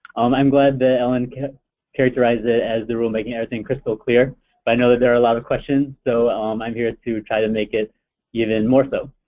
um i'm glad that ellen characterized it as the rule making everything crystal clear but i know there are a lot of questions so i'm here to try to make it even more so.